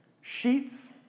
sheets